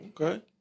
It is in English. Okay